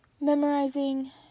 memorizing